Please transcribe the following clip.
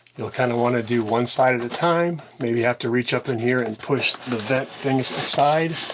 you'll kind of wanna do one side at a time. maybe you have to reach up in here and push the vent things aside.